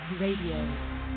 Radio